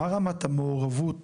מה רמת המעורבות